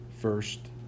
first